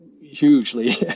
hugely